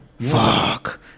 Fuck